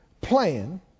plan